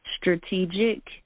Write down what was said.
Strategic